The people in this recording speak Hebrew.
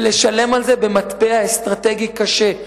ולשלם על זה במטבע אסטרטגי קשה.